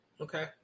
Okay